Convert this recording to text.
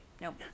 nope